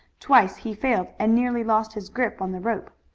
twice he failed and nearly lost his grip on the rope.